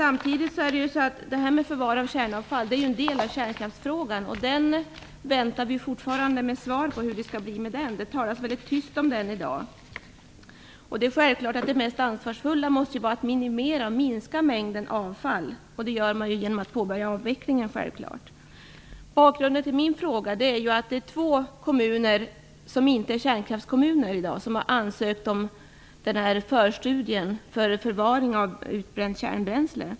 Frågan om förvaring av kärnavfall är en del av kärnkraftsfrågan. Vi väntar fortfarande på ett svar på hur det skall bli med den. Det talas mycket tyst om kärnkraftsfrågan i dag. Det är självklart att det mest ansvarsfulla är att minska mängden avfall. Det gör man genom att påbörja avvecklingen. Bakgrunden till min fråga är att två kommuner, som i dag inte är kärnkraftskommuner, har ansökt om en förstudie för förvaring av utbränt kärnbränsle.